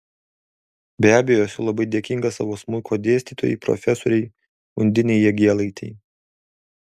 be abejo esu labai dėkinga savo smuiko dėstytojai profesorei undinei jagėlaitei